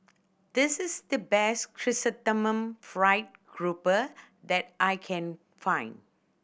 this is the best Chrysanthemum Fried Grouper that I can find